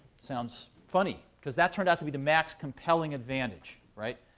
sounds funny, because that turned out to be the mac's compelling advantage, right?